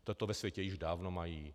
Toto ve světě již dávno mají.